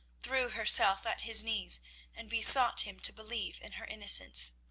threw herself at his knees and besought him to believe in her innocence.